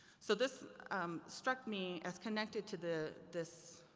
so this struck me as connected to the, this,